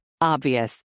Obvious